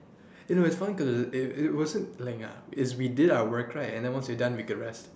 you know it's fun cause it it wasn't like uh we we did our work right and then once we're done we could rest